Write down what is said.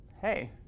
hey